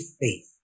faith